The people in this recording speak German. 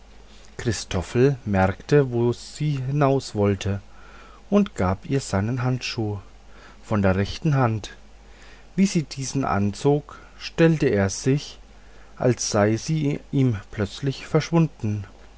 christoffel merkte wo sie hinaus wollte und gab ihr seinen handschuh von der rechten hand wie sie diesen angezogen stellte er sich als sei sie ihm plötzlich verschwunden